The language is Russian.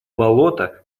болото